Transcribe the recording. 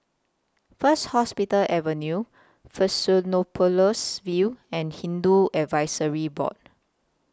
First Hospital Avenue Fusionopolis View and Hindu Advisory Board